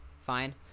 Fine